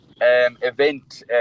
event